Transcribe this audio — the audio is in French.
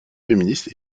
féministe